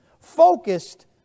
focused